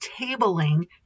tabling